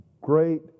great